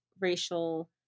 racial